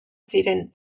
ziren